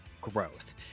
growth